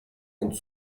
ont